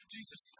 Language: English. Jesus